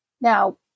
Now